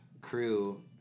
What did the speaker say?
crew